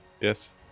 yes